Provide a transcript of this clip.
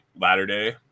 Latter-day